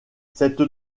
cette